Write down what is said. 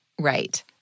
Right